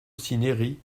cinieri